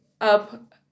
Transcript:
up